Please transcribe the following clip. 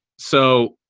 so,